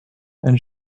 and